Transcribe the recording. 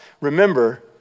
Remember